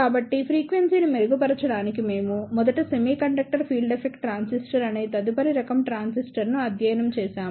కాబట్టి ఫ్రీక్వెన్సీని మెరుగుపరచడానికి మేము metal semiconductor field effect transistor అనే తదుపరి రకం ట్రాన్సిస్టర్ను అధ్యయనం చేసాము